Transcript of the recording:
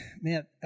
man